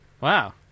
Wow